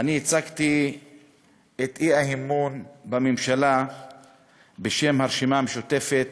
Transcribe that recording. אני הצגתי את האי-אמון בממשלה בשם הרשימה המשותפת,